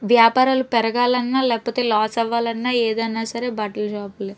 వ్యాపారాలు పెరగాలన్నా లేపోతే లాస్ అవ్వాలన్న ఏదైనా సరే బట్టల షాప్లు